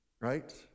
right